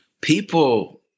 people